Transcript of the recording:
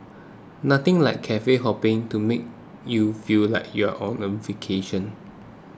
nothing like cafe hopping to make you feel like you're on a vacation